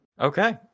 Okay